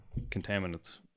contaminants